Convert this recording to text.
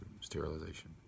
sterilization